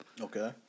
Okay